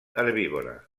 herbívora